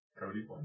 Cody